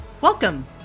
Welcome